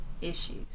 issues